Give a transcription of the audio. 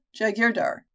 Jagirdar